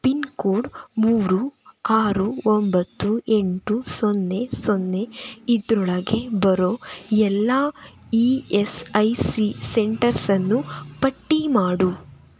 pin code ಮೂರು ಆರು ಒಂಬತ್ತು ಎಂಟು ಸೊನ್ನೆ ಸೊನ್ನೆ ಇದರೊಳಗೆ ಬರೋ ಎಲ್ಲಇ ಎಸ್ ಐ ಸಿ ಸೆಂಟರ್ಸನ್ನು ಪಟ್ಟಿ ಮಾಡು